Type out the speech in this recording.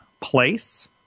place